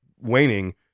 waning